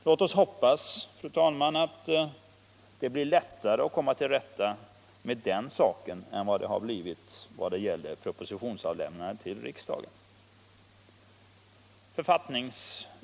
Låt oss hoppas, fru talman, att det blir lättare att komma till rätta med den saken än vad det har blivit när det gäller propositionsavlämnandet till riksdagen!